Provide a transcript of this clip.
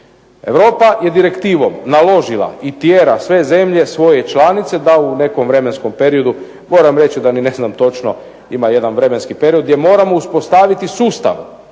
Europa je direktivom naložila i tjera sve zemlje svoje članice da u nekom vremenskom periodu moram reći da ni ne znam točno, ima jedan vremenski period gdje moramo uspostaviti sustav,